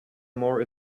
more